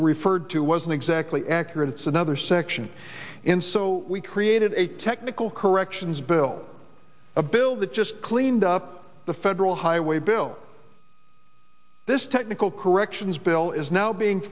referred to wasn't exactly accurate it's another section in so we created a technical corrections bill a bill that just cleaned up the federal highway bill this technical corrections bill is now being